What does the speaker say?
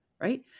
right